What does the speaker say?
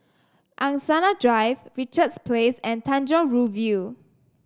Angsana Drive Richards Place and Tanjong Rhu View